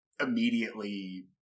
immediately